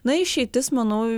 na išeitis manau